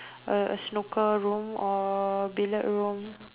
a a snooker room or billiard room